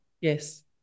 Yes